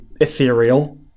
ethereal